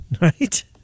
Right